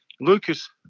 Lucas